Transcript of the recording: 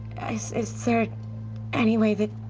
is there any way that,